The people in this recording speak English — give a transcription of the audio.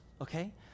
okay